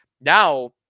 now